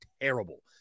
terrible